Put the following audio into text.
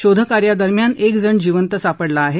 शोधकार्यादरम्यान एक जण जिवंत सापडला आहे